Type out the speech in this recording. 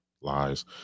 Lies